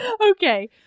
okay